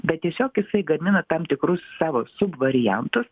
bet tiesiog jisai gamina tam tikrus savo subvariantus